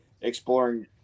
exploring